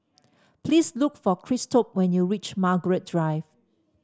please look for Christop when you reach Margaret Drive